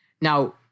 Now